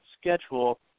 schedule